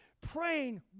praying